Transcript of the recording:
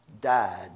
died